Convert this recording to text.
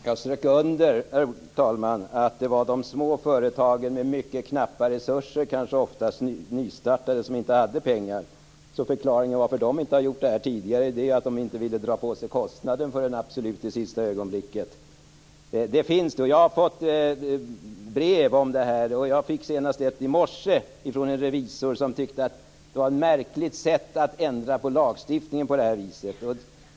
Herr talman! Jag strök under att det var de små företagen med mycket knappa resurser, kanske oftast nystartade, som inte hade pengar. Förklaringen till varför de inte gjort det här tidigare är att de inte ville dra på sig denna kostnad förrän i absolut sista ögonblicket. Jag har fått brev om det här. Jag fick ett senast i morse från en revisor som tyckte att det var märkligt att ändra på lagstiftningen på det här viset.